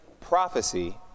prophecy